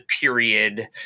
period